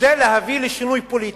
כדי להביא לשינוי פוליטי.